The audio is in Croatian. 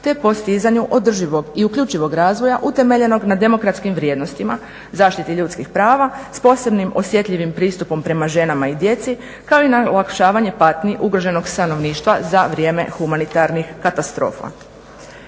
te postizanju održivog i uključivog razvoja utemeljenog na demokratskim vrijednostima zaštiti ljudskih prava s posebnim osjetljivim pristupom prema ženama i djeci kao i na olakšavanje patnji ugroženog stanovništva za vrijeme humanitarnih katastrofa.